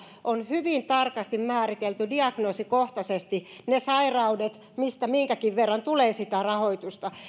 on hyvin tarkasti määritelty diagnoosikohtaisesti ne sairaudet mistä minkäkin verran tulee sitä rahoitusta